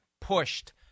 pushed